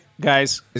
guys